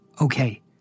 Okay